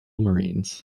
marines